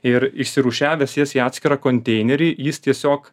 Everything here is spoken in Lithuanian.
ir išsirūšiavęs jas į atskirą konteinerį jis tiesiog